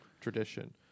tradition